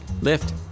Lift